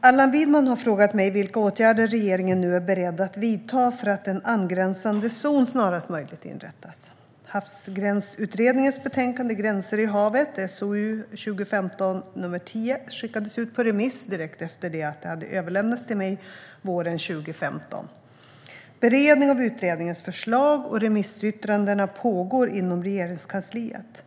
Allan Widman har frågat mig vilka åtgärder regeringen nu är beredd att vidta för att en angränsande zon snarast möjligt inrättas. Havsgränsutredningens betänkande Gränser i havet , SOU 2015:10, skickades ut på remiss direkt efter det att det hade överlämnats till mig våren 2015. Beredning av utredningens förslag och remissyttrandena pågår inom Regeringskansliet.